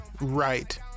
right